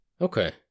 Okay